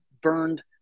burned